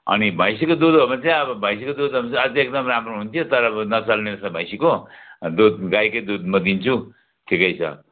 अनि भैँसीको दुध हो भने चाहिँ अब भैँसीको दुध हो भने चाहिँ अब अझै एकदम राम्रो हुन्थ्यो तर अब नचल्ने रहेछ भैँसीको दुध गाईकै म दिन्छु ठिकै छ